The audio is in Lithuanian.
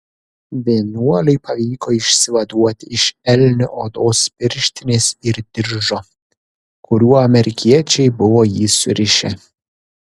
vienuoliui pavyko išsivaduoti iš elnio odos pirštinės ir diržo kuriuo amerikiečiai buvo jį surišę